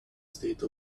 state